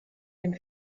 dem